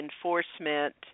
enforcement